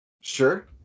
sure